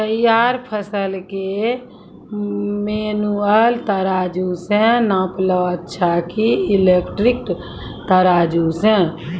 तैयार फसल के मेनुअल तराजु से नापना अच्छा कि इलेक्ट्रॉनिक तराजु से?